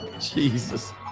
Jesus